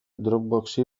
dropboxi